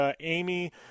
Amy